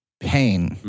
Pain